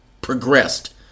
progressed